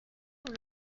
sont